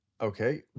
Okay